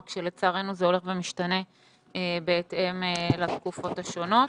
רק שלצערנו זה הולך ומשתנה בהתאם לתקופות השונות.